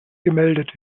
gemeldet